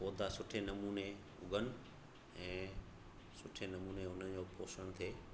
पोइ तव्हां सुठो नमूने उगन ऐं सुठे नमूने उनजो पोषण कई